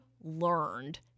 learned